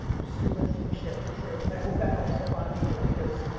was super interesting shit. i'm sure, i hope that helps a lot of people because